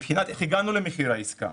מבחינת איך הגענו למחיר העסקה,